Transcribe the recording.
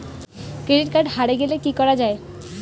Credit card হারে গেলে কি করা য়ায়?